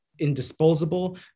indisposable